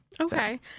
Okay